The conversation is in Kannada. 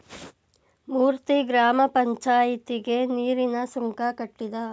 ಮೂರ್ತಿ ಗ್ರಾಮ ಪಂಚಾಯಿತಿಗೆ ನೀರಿನ ಸುಂಕ ಕಟ್ಟಿದ